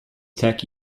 tech